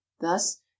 thus